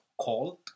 cold